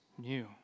new